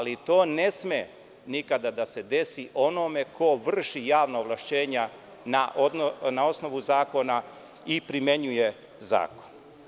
To ne sme nikada da se desi onome ko vrši javna ovlašćenja na osnovu zakona i primenjuje zakon.